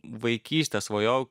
vaikystėj svajojau